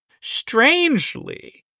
Strangely